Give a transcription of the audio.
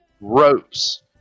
ropes